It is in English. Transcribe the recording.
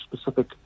specific